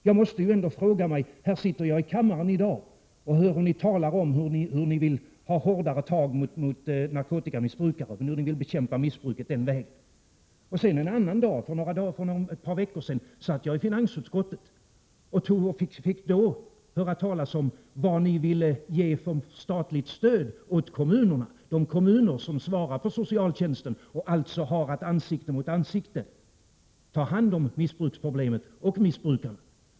Jag måste ändå ställa mig frågande. Jag sitter i kammaren i dag och hör er tala om att ni vill ha hårdare tag mot narkotikamissbrukare och bekämpa missbruket den vägen. En annan dag, för ett par veckor sedan, satt jag i finansutskottet och fick då höra talas om vad ni ville ge för statligt stöd åt kommunerna — de kommuner som svarar för socialtjänsten och alltså har att ansikte mot ansikte ta hand om missbruksproblemen och missbrukarna.